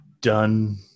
done